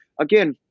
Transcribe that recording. again